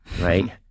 Right